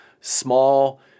small